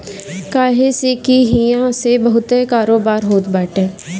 काहे से की इहा से बहुते कारोबार होत बाटे